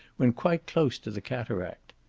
when quite close to the cataract.